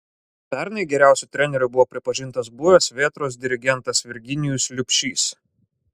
pernai geriausiu treneriu buvo pripažintas buvęs vėtros dirigentas virginijus liubšys